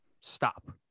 Stop